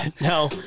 no